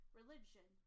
religion